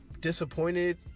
disappointed